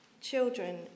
Children